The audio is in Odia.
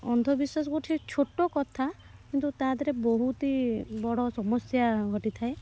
ଅନ୍ଧବିଶ୍ୱାସ ଗୋଟିଏ ଛୋଟ କଥା କିନ୍ତୁ ତା ଦେହରେ ବହୁତ ହିଁ ବଡ଼ ସମସ୍ୟା ଘଟିଥାଏ